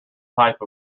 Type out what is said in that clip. type